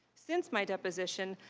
since my deposition.